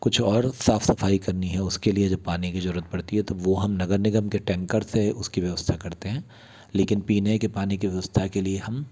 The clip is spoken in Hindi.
कुछ और साफ सफाई करनी है उसके लिए जो पानी की ज़रूरत पड़ती है तो वह हम नगर निगम के टैंकर से उसकी व्यवस्था करते हैं लेकिन पीने के पानी की व्यवस्था के लिए हम